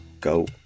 go